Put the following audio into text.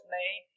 name